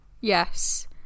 yes